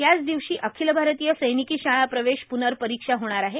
याच दिवशी अखिल भारतीय सैनिकी शाळा प्रवेश प्नर्परीक्षा होणार आहे